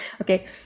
Okay